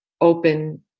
open